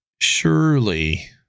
surely